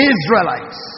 Israelites